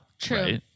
True